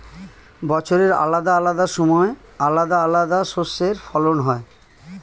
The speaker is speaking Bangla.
বছরের আলাদা আলাদা সময় আলাদা আলাদা শস্যের ফলন হয়